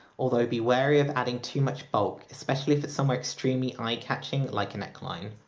although be wary of adding too much bulk, especially if it's somewhere extremely eye-catching like a neckline.